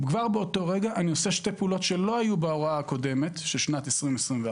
כבר באותו רגע אני עושה שתי פעולות שלא היו בהוראה הקודמת של שנת 2021,